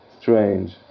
strange